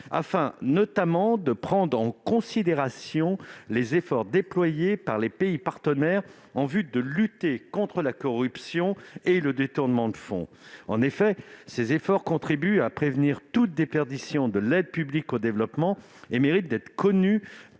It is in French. afin notamment de prendre en considération les efforts déployés par les pays partenaires en vue de lutter contre la corruption et le détournement de fonds. En effet, ces efforts contribuent à prévenir toute déperdition de l'APD et méritent d'être connus,